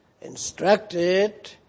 instructed